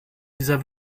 dieser